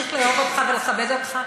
ואמשיך לאהוב אותך ולכבד אותך,